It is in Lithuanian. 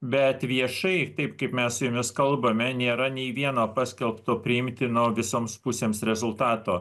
bet viešai taip kaip mes su jumis kalbame nėra nei vieno paskelbto priimtino visoms pusėms rezultato